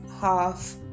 half